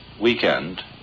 weekend